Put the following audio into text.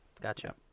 gotcha